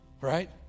Right